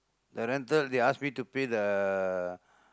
the rental they ask me to pay the